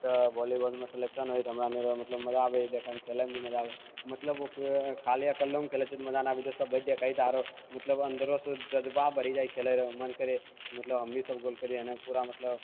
तऽ वोलीबॉल मे सेलेक्शन होइया तऽ हमरा सनिरे मतलब मजा अबैया देखैमे खेलैमे भी मजा अबैया मतलब ओ खाली अक्केलोमे खेलै छियै तऽ मजा नहि आबै छै सभ कोइ देखै छै तऽ आरू मतलब अन्दरोसँ जज्बा बढ़ि जाइया खेलैले मन करैया मतलब हमहिं सभ गोल करियै पूरा मतलब